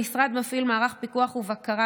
המשרד מפעיל מערך פיקוח ובקרה,